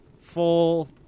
full